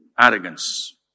Arrogance